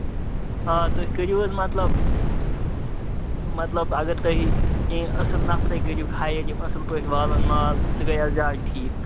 آ تُہۍ کٔریو حظ مطلب مطلب اَگر تُہۍ کیٚنٛہہ اَصٕل نَفرٕے کٔرِوو ہایِڈ یِم اَصٕل پٲٹھۍ والَن مال تہٕ سُہ گٔیو زیادٕ ٹھیٖک